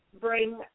bring